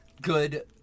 good